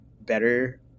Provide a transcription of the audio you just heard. better